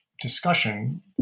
discussion